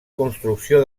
construcció